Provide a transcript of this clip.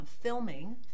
filming